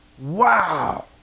Wow